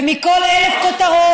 ומכל אלף הכותרות,